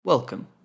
Welcome